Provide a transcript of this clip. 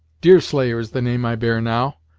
deerslayer is the name i bear now,